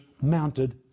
mounted